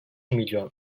milyon